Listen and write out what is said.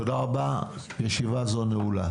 תודה רבה, ישיבה זו נעולה.